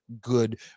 good